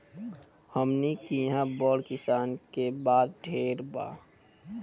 हमनी किहा बड़ किसान के बात ढेर बा